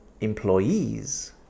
Employees